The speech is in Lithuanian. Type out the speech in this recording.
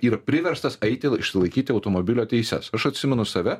yra priverstas eiti išsilaikyti automobilio teises aš atsimenu save